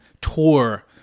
tour